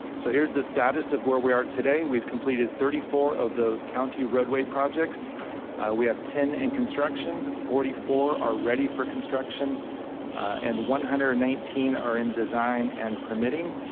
so here's the status of where we are today. we've completed thirty four of those county roadway projects we have ten in construction forty four are ready for construction and one hundred and nineteen are in design and permitting.